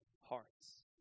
hearts